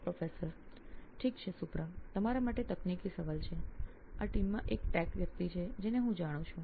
પ્રાધ્યાપક ઠીક છે સુપ્રા તમારા માટે તકનિકી સવાલ છે આ ટીમમાં એક tech વ્યક્તિ છે જેને હું જાણું છું